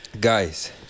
guys